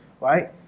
right